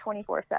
24-7